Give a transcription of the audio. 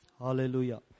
Hallelujah